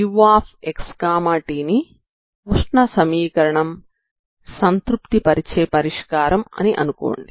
uxt ని ఉష్ణ సమీకరణం సంతృప్తి పరిచే పరిష్కారం అని అనుకోండి